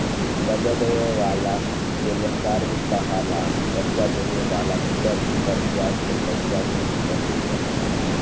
कर्जा देवे वाला के लेनदार भी कहाला, कर्जा देवे वाला कर्ज पर ब्याज के पइसा भी वसूलेला